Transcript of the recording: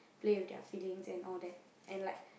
play with their feelings and all that and like